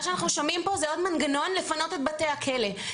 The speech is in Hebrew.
מה שאנחנו שומעים פה זה עוד מנגנון לפנות את בתי הכלא,